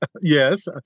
yes